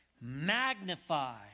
Magnify